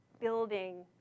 building